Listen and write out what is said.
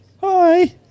Hi